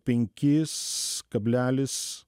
penkis kablelis